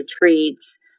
retreats